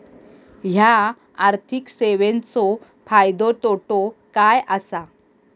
हया आर्थिक सेवेंचो फायदो तोटो काय आसा?